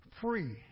free